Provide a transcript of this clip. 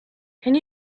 can